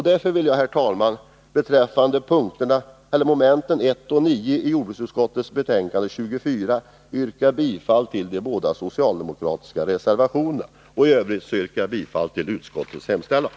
Därför vill jag, herr talman, beträffande momenten 1 och 9 i jordbruksutskottets betänkande nr 24 yrka bifall till de båda socialdemokratiska reservationerna och i övrigt bifall till utskottets hemställan.